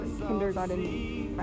kindergarten